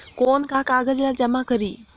कौन का कागज ला जमा करी?